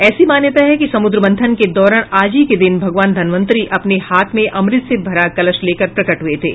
ऐसी मान्यता है कि समुद्र मंथन के दौरान आज ही के दिन भगवान धन्वंतरी अपने हाथ में अमृत से भरा कलश लेकर प्रकट हुये थे